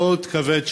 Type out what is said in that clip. מאוד כבד,